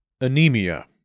Anemia